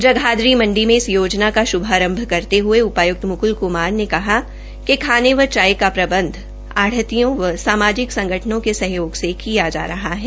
जगाधरी मंडी में इस योजना का शुभारंभ करते हये उ ायुक्त मुकुल कुमार ने कहा कि खाने व चाय का प्रबंध आढ़तियों व सामाजिक संगठनों के सहयोग से किया जा रहा है